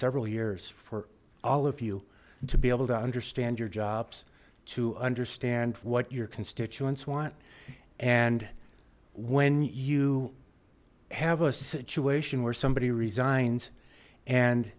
several years for all of you to be able to understand your jobs to understand what your constituents want and when you have a situation where somebody